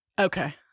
okay